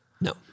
No